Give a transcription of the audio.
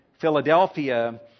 Philadelphia